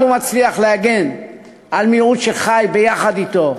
הוא מצליח להגן על מיעוט שחי ביחד אתו.